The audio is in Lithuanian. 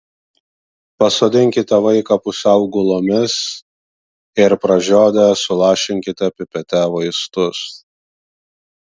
pasodinkite vaiką pusiau gulomis ir pražiodę sulašinkite pipete vaistus